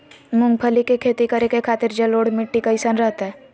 मूंगफली के खेती करें के खातिर जलोढ़ मिट्टी कईसन रहतय?